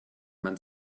mann